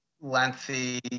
lengthy